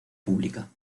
pública